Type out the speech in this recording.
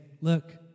look